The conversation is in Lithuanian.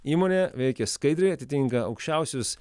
įmonė veikia skaidriai atitinka aukščiausius